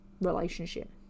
relationship